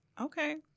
Okay